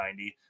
90